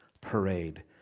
parade